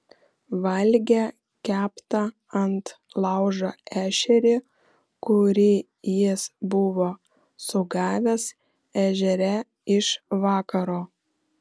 valgė keptą ant laužo ešerį kurį jis buvo sugavęs ežere iš vakaro